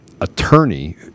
attorney